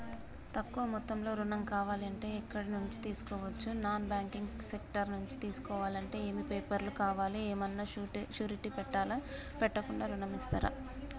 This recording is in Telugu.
తక్కువ మొత్తంలో ఋణం కావాలి అంటే ఎక్కడి నుంచి తీసుకోవచ్చు? నాన్ బ్యాంకింగ్ సెక్టార్ నుంచి తీసుకోవాలంటే ఏమి పేపర్ లు కావాలి? ఏమన్నా షూరిటీ పెట్టాలా? పెట్టకుండా ఋణం ఇస్తరా?